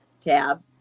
tab